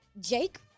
Jake